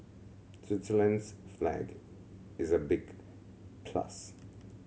Switzerland's flag is a big plus